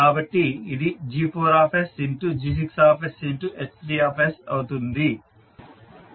కాబట్టి ఇది G4sG6sH3s అవుతుంది